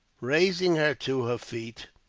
raising her to her feet,